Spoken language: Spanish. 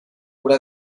cura